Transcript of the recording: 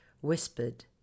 whispered